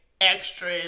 extra